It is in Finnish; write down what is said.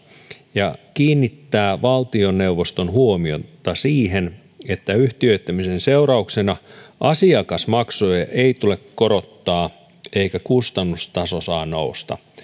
ja kiinnittää valtioneuvoston huomiota siihen että yhtiöittämisen seurauksena asiakasmaksuja ei tule korottaa eikä kustannustaso saa nousta